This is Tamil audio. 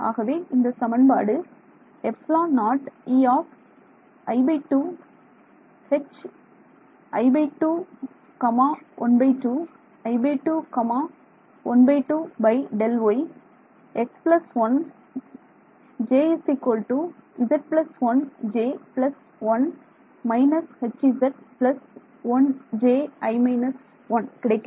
ஆகவே இந்த சமன்பாடு ε0E i 2 H i 2 2 i 2 2Δy ˙ x 1 j z 1 j 1 − Hz 1 j − 1 கிடைக்கிறது